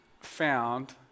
found